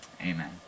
Amen